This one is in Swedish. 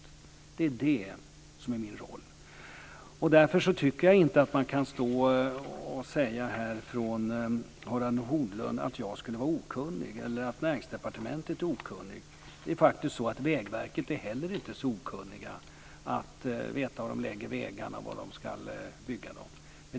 Det är det som är min roll. Därför tycker jag inte att Harald Nordlund kan säga att jag skulle vara okunnig eller att Näringsdepartementet är okunnigt. Det är faktiskt så att man på Vägverket inte heller är så okunnig när det gäller att veta var man ska bygga vägarna.